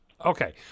Okay